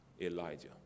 Elijah